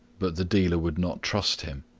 but the dealer would not trust him.